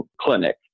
clinic